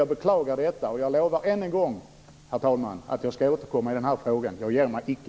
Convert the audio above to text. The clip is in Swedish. Jag beklagar det, och jag lovar än en gång, herr talman, att jag skall återkomma i den här frågan. Jag ger mig icke.